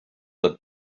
that